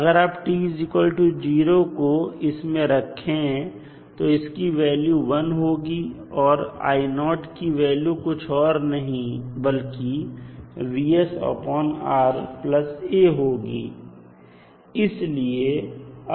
अगर आप t0 को इस में रखेंगे तो इसकी वैल्यू 1 होगी और की वैल्यू कुछ और नहीं बल्कि A होगी